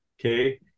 Okay